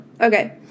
Okay